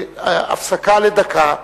הפסקה לדקה.